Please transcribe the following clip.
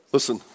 Listen